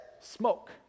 Smoke